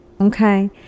okay